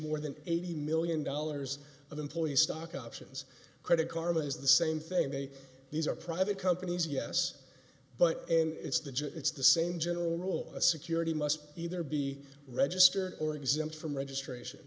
more than eighty million dollars of employee stock options credit card is the same thing they these are private companies yes but it's the it's the same general rule a security must either be registered or exempt from registration